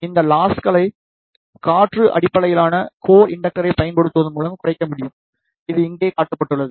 இந்த லாஸ்களை காற்று அடிப்படையிலான கோர் இண்டக்டரைப் பயன்படுத்துவதன் மூலம் குறைக்க முடியும் இது இங்கே காட்டப்பட்டுள்ளது